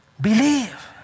Believe